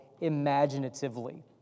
imaginatively